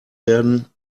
werden